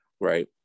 right